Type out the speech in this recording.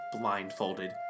blindfolded